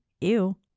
ew